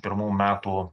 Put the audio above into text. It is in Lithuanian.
pirmų metų